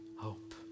hope